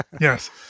Yes